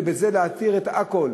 ובזה להתיר את הכול,